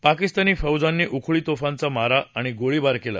पाकिस्तानी फौजांनी उखळीतोफांचा मारा आणि गोळीबार केला